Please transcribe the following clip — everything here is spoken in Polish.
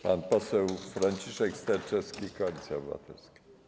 Pan poseł Franciszek Sterczewski, Koalicja Obywatelska.